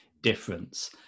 difference